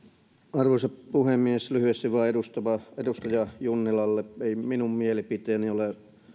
arvoisa puhemies lyhyesti vain edustaja junnilalle ei minun mielipiteeni ole